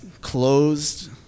closed